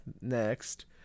Next